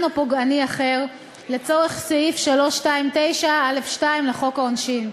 או פוגעני אחר לצורך סעיף 329(א)(2) לחוק העונשין,